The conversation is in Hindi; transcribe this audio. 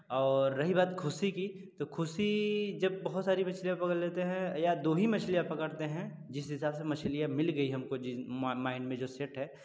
और रही बात ख़ुशी की तो जब बहुत सारी मछलियाँ पकड़ लेते हैँ या दो ही मछलियाँ पकड़ते हैं जिस हिसाब से मछलियाँ मिल गई हमको जि माइंड में जो सेट है तो